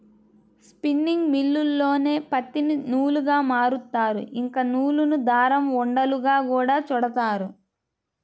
spinning మిల్లుల్లోనే పత్తిని నూలుగా మారుత్తారు, ఇంకా నూలును దారం ఉండలుగా గూడా చుడతారు